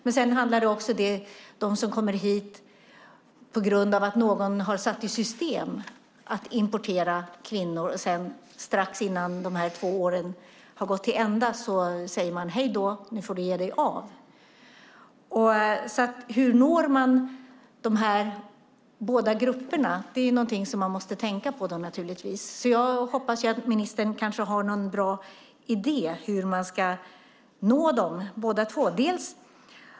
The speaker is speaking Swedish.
Det handlar också om de som kommer hit på grund av att någon har satt i system att importera kvinnor och strax innan de två åren har gått till ända säger man: Hej då, nu får du ge dig av. Hur når vi båda dessa grupper? Det är något vi måste tänka på. Jag hoppas att ministern har en bra idé om hur vi ska nå dem.